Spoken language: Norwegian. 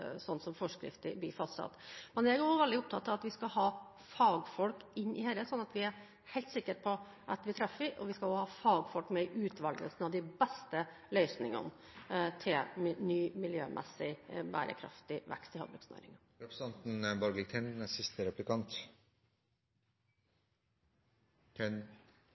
sånn som forskrifter blir fastsatt. Men jeg er også veldig opptatt av at vi skal ha fagfolk inn i dette, sånn at vi er helt sikre på at vi treffer, og vi skal også ha fagfolk med i utvelgelsen av de beste løsningene til ny, miljømessig bærekraftig vekst i